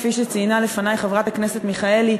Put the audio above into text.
כפי שציינה לפני חברת הכנסת מיכאלי,